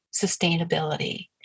sustainability